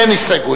אין הסתייגות.